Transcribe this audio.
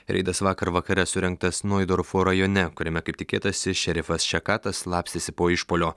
reidas vakar vakare surengtas noidorfo rajone kuriame kaip tikėtasi šerifas šekatas slapstėsi po išpuolio